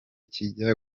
kijya